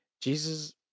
Jesus